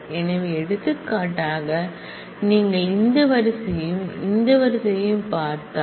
எனவே எடுத்துக்காட்டாக நீங்கள் இந்த ரோயையும் இந்த ரோயையும் பார்த்தால்